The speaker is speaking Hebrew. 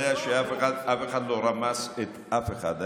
ינון, אתה יודע שאף אחד לא רמס את אף אחד.